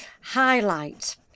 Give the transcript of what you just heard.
Highlight